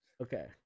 Okay